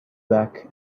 back